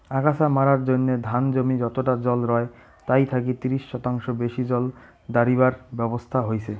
আগাছা মারার জইন্যে ধান জমি যতটা জল রয় তাই থাকি ত্রিশ শতাংশ বেশি জল দাড়িবার ব্যবছস্থা হইচে